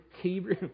Hebrew